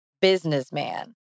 businessman